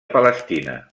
palestina